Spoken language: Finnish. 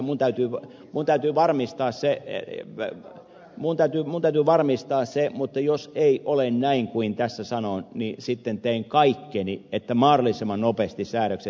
minun täytyy varmistaa se ei niin vähän muutakin model varmistaisee mutta jos ei ole näin kuin tässä sanon niin sitten teen kaikkeni että mahdollisimman nopeasti säädökset muutetaan